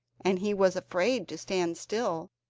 and he was afraid to stand still,